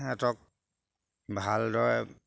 সিহঁতক ভালদৰে